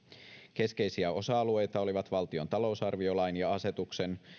keskeisiä osa alueita olivat valtion talousarviolain ja asetuksen